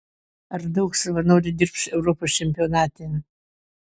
ar daug savanorių dirbs europos čempionate